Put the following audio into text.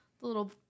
little